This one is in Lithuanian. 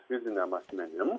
fiziniam asmenim